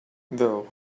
though